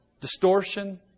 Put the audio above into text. distortion